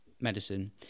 medicine